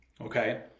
okay